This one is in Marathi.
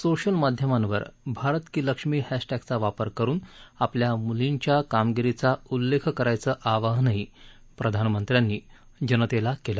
सोशल माध्यमांवर भारत की लक्ष्मी हध्वटेक्विंग वापर करून श्वपल्या मुलींच्या कामगिरीचा उल्लेख करायचं श्वाहनही प्रधानमंत्र्यांनी जनतेला केलं